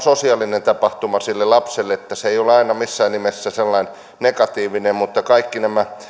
sosiaalinen tapahtuma sille lapselle se ei ole missään nimessä aina sellainen negatiivinen mutta kaikki nämä